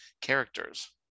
characters